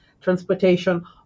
transportation